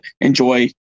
enjoy